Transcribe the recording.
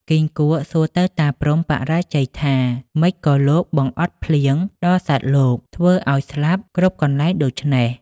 គីង្គក់សួរទៅតាព្រហ្មបរាជ័យថា “ ម៉េចក៏លោកបង្អត់ភ្លៀងដល់សត្វលោក ធ្វើ ឱ្យស្លាប់គ្រប់កន្លែងដូច្នេះ?។